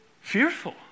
fearful